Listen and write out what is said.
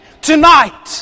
tonight